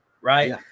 right